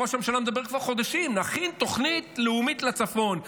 ראש הממשלה מדבר כבר חודשים: נכין תוכנית לאומית לצפון.